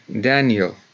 Daniel